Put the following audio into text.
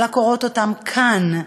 על הקורות אותם כאן,